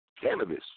cannabis